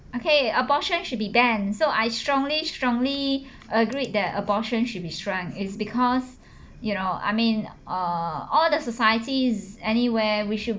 okay abortion should be banned so I strongly strongly agreed that abortion should be shunned is because you know I mean err all the societies anywhere we should